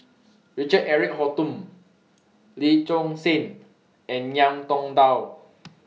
Richard Eric Holttum Lee Choon Seng and Ngiam Tong Dow